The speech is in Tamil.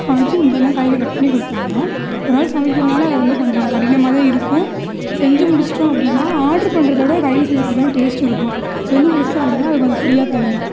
சமைச்சேன் மீதியெல்லாம் காய்கறி கட் பண்ணி கொடுத்தாங்க ஒரு ஆள் சமைக்கிறனால அது வந்து கொஞ்சம் கடினமாக தான் இருக்கும் செஞ்சு முடிச்சிவிட்டோம் அப்படின்னா ஆர்ட்ரு பண்ணுறத விட கையில செஞ்சு கொடுத்தோம்னா டேஸ்ட் இருக்கும் செஞ்சு முடிச்சிவிட்டோம் அப்படின்னா அது கொஞ்சம் ஃப்ரீயாக தெரியும்